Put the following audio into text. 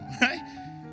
right